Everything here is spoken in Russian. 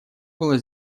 было